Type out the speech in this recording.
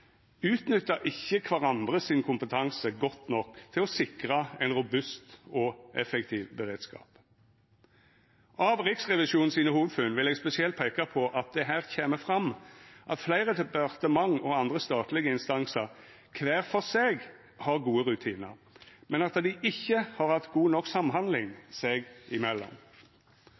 ikkje kvarandre sin kompetanse godt nok til å sikra ein robust og effektiv beredskap. Av Riksrevisjonens hovudfunn vil eg spesielt peika på at det her kjem fram at fleire departement og andre statlege instansar kvar for seg har gode rutinar, men at dei ikkje har hatt god nok samhandling seg